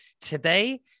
today